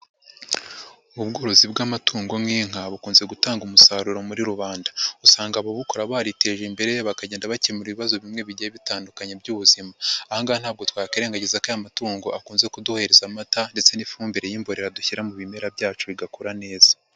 Ubworozi bw'amatungo nk'inka bukunze gutanga umusaruro muri rubanda. Usanga ababukora bariteje imbere bakagenda bakemura ibibazo bimwe bigiye bitandukanye by'ubuzima. Aha ngaha ntabwo twakwirengagiza ko aya matungo akunze kuduhereza amata ndetse n'ifumbi y'imborera dushyira mu bimera byacu bigakura neza.